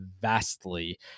vastly